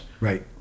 Right